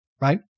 right